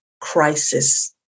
crisis